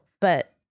But-